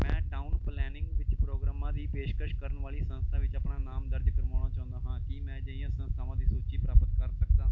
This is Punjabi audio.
ਮੈਂ ਟਾਊਨ ਪਲਾਨਿੰਗ ਵਿੱਚ ਪ੍ਰੋਗਰਾਮਾਂ ਦੀ ਪੇਸ਼ਕਸ਼ ਕਰਨ ਵਾਲੀ ਸੰਸਥਾ ਵਿੱਚ ਆਪਣਾ ਨਾਮ ਦਰਜ ਕਰਵਾਉਣਾ ਚਾਹੁੰਦਾ ਹਾਂ ਕੀ ਮੈਂ ਅਜਿਹੀਆਂ ਸੰਸਥਾਵਾਂ ਦੀ ਸੂਚੀ ਪ੍ਰਾਪਤ ਕਰ ਸਕਦਾ